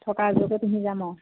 থকা এযোৰকে পিন্ধি যাম আৰু